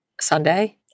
Sunday